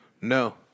No